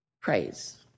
praise